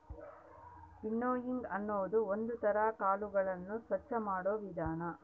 winnowing ಅನ್ನೋದು ಒಂದ್ ತರ ಕಾಳುಗಳನ್ನು ಸ್ವಚ್ಚ ಮಾಡೋ ವಿಧಾನ